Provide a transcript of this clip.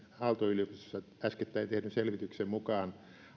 aalto yliopistossa äskettäin tehdyn selvityksen mukaan